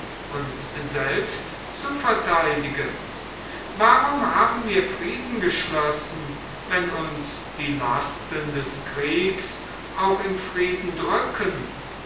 uns selbst zu vertheidigen warum haben wir frieden geschlossen wenn uns die lasten des kriegs auch im frieden drücken